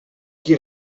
qui